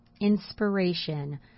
inspiration